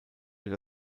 wird